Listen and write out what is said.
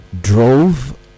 drove